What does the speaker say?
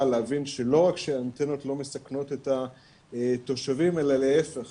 והמצב הזה שבעצם אין מקומות לאותם עשרות אלפי ילדים להיות ברשמי,